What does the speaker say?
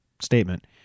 statement